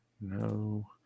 No